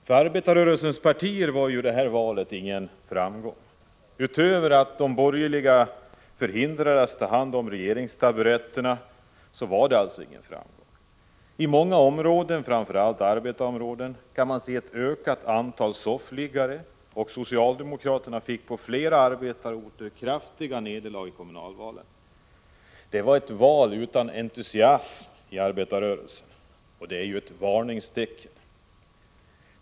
För arbetarrörelsens partier var valet ingen framgång, utöver att de borgerliga förhindrades att ta hand om regeringstaburetterna. I många områden, framför allt arbetarområden, ökade antalet soffliggare, och i flera arbetarorter led socialdemokraterna kraftiga nederlag i kommunalvalen. Det var ett val utan entusiasm i arbetarrörelsen. Det är ett varningstecken.